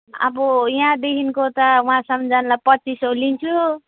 अब यहाँदेखिन्को त वहाँसम्म जानुलाई पच्चिस सय लिन्छु